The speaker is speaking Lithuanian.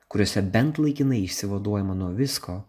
kuriose bent laikinai išsivaduojama nuo visko